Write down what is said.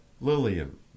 Lillian